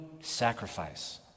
sacrifice